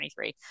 2023